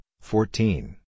fourteen